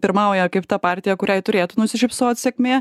pirmauja kaip ta partija kuriai turėtų nusišypsot sėkmė